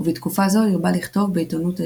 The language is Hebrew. ובתקופה זו הרבה לכתוב בעיתונות העברית.